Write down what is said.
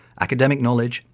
academic knowledge,